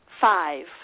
Five